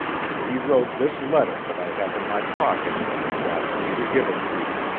and he wrote this letter that i have in my pocket and asked me to give it to you.